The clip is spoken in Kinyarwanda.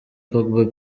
pogba